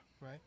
Right